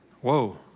Whoa